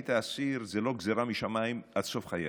שהיית אסיר זו לא גזרה משמיים עד סוף חייך.